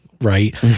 right